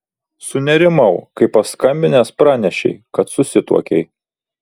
sunerimau kai paskambinęs pranešei kad susituokei